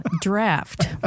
draft